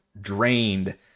drained